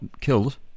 killed